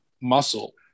muscle